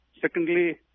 secondly